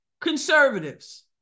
conservatives